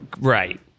right